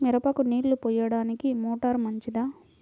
మిరపకు నీళ్ళు పోయడానికి మోటారు మంచిదా?